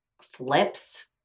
flips